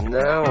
no